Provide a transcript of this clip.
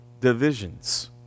divisions